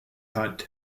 hunt